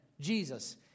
Jesus